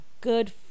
good